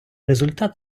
результат